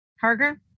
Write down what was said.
Harger